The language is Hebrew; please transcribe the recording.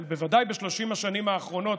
אבל בוודאי ב-30 השנים האחרונות,